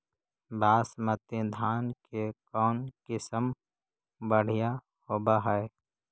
बासमती धान के कौन किसम बँढ़िया होब है?